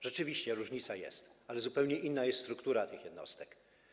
Rzeczywiście, różnica jest, ale zupełnie inna jest struktura tych jednostek.